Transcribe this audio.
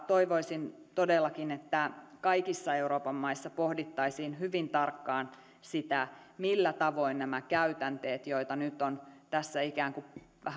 toivoisin todellakin että kaikissa euroopan maissa pohdittaisiin hyvin tarkkaan sitä millä tavoin nämä käytänteet joita nyt on tässä ikään kuin